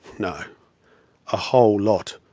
no a whole lot,